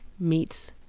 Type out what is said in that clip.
meets